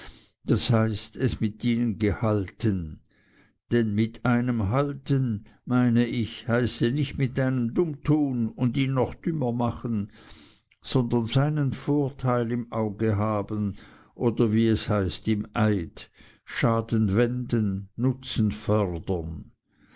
das heißt es mit ihnen gehalten denn mit einem halten meine ich heiße nicht mit einem dumm tun ihn noch dümmer machen sondern seinen vorteil im auge haben oder wie es heißt im eid schaden wenden nutzen fördern